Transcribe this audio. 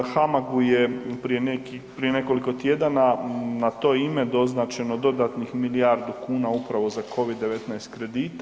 HAMAG-u je prije nekoliko tjedana na to ime doznačeno dodatnih milijardu kuna upravo za covid-19 kredite.